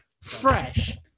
fresh